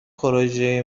پروزه